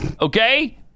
okay